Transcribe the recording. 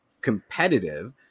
competitive